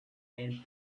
and